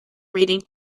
reading